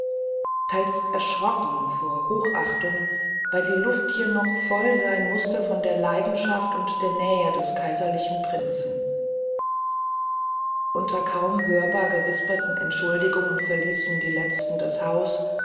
teils erschrocken vor hochachtung weil die luft hier noch voll sein mußte von der leidenschaft und der nähe des kaiserlichen prinzen unter kaum hörbar gewisperten entschuldigungen verließen die letzten das haus